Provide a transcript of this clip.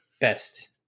best